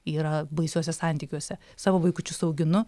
yra baisiuose santykiuose savo vaikučius auginu